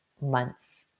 months